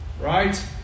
Right